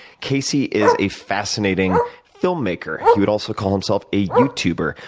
casey is a fascinating filmmaker. he would also call himself a youtuber.